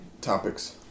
topics